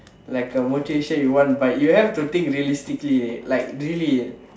like a motivation you want but you have to think realistically dey like really